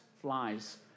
flies